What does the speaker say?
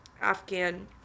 Afghan